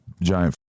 giant